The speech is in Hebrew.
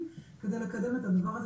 כשהיו את האישורים המודפסים,